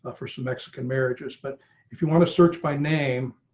ah for some mexican marriages. but if you want to search by name.